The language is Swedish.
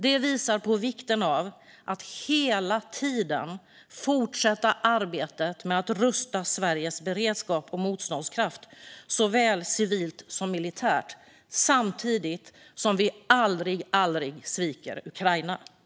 Detta visar på vikten av att hela tiden fortsätta arbetet med att rusta Sveriges beredskap och motståndskraft såväl civilt som militärt, samtidigt som vi aldrig, aldrig sviker Ukraina.